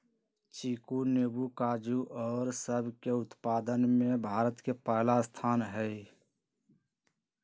चीकू नींबू काजू और सब के उत्पादन में भारत के पहला स्थान हई